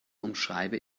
umschreibe